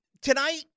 tonight